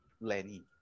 Lenny